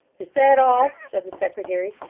is that all said the secretary,